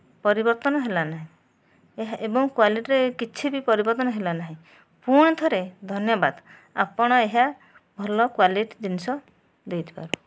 ପରିବର୍ତ୍ତନ ହେଲା ନାହିଁ ଏବଂ କ୍ଵାଲିଟୀରେ କିଛି ବି ପରିବର୍ତ୍ତନ ହେଲା ନାହିଁ ପୁଣିଥରେ ଧନ୍ୟବାଦ ଆପଣ ଏହା ଭଲ କ୍ୱାଲିଟି ଜିନିଷ ଦେଇଥିବାରୁ